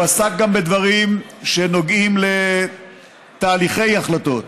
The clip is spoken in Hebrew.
הוא עסק גם בדברים שנוגעים לתהליכי החלטות,